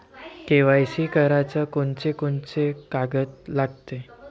KYC कराच कोनचे कोनचे कागद लागते?